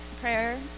prayer